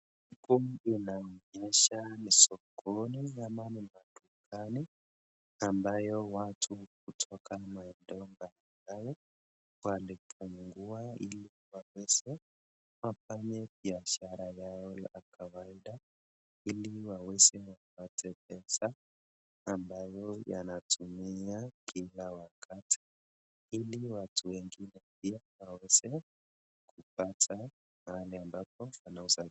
Huku inaonyesha ni sokoni ama ni madukani, ambayo watu hutoka maeneoa mbalimbali, wamefungua ili waweze wafanye biashara yao, ya kawaida, ili waweze wapate pesa ambayo wanatumia kila wakati, ili watu wengine wapate pale ambapo watauza vitu.